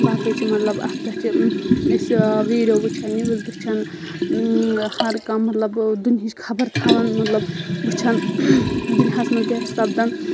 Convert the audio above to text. باقٕے چھِ مطلب اَتھ پؠٹھ چھِ أسۍ ویٖڈیو وٕچھان نِوٕز وٕچھان ہر کانٛہہ مطلب دُنہِچ خبر تھاوان مطلب وٕچھان دُنیاہَس منٛز کیاہ چھُ سپدَن